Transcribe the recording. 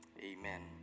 amen